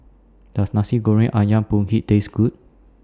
Does Nasi Goreng Ayam Kunyit Taste Good